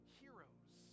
heroes